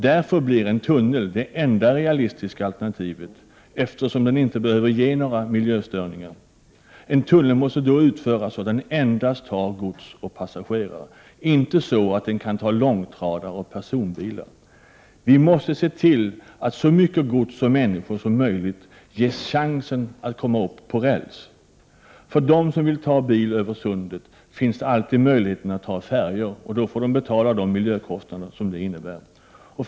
Därför blir en tunnel det enda realistiska alternativet, eftersom den inte behöver ge några miljöstörningar. En tunnel måste då utföras så att den endast tar gods och passagarare, inte så att den kan ta långtradare och personbilar. Vi måste se till att så mycket gods och människor som möjligt ges chansen att komma upp på räls. För dem som vill ta bil över Sundet finns = Prot. 1988/89:89 alltid möjligheten att ta färjor, och de får då betala de miljökostnader som 4 april 1989 det innebär.